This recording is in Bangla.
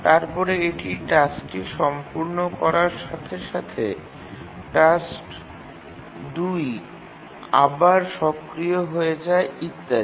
তারপরে এটি টাস্কটি সম্পূর্ণ করার সাথে সাথে টাস্ক ২ আবার সক্রিয় হয়ে যায় ইত্যাদি